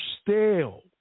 stale